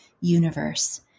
universe